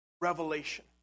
revelation